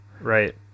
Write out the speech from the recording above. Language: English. Right